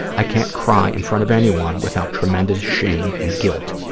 i can't cry in front of anyone without tremendous shame and guilt.